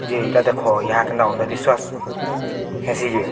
ଯେ ଇରା ଦେଖ ଏହା କେନ୍ତା ଅନ୍ଧବିଶ୍ୱାସ ହେସି ଯେ